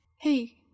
Hey